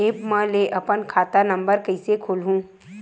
App म ले अपन खाता नम्बर कइसे खोलहु?